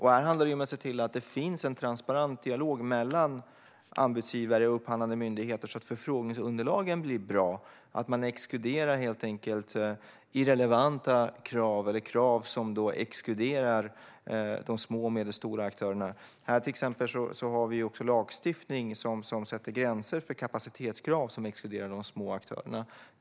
Här handlar det om att se till att det finns en transparent dialog mellan anbudsgivare och upphandlande myndigheter så att förfrågningsunderlagen blir bra, att man exkluderar irrelevanta krav eller krav som exkluderar de små och medelstora aktörerna. Här har vi också lagstiftning som sätter gränser för kapacitetskrav, något som exkluderar de små aktörerna.